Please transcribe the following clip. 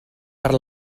per